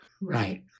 Right